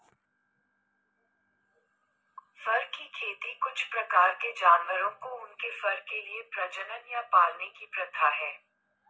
फर की खेती कुछ प्रकार के जानवरों को उनके फर के लिए प्रजनन या पालने की प्रथा है